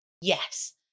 yes